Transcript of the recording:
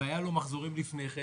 והיו לו מחזורים לפני כן